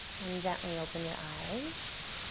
and gently open your eyes.